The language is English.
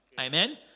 Amen